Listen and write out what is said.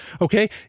Okay